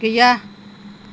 गैया